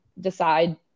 decide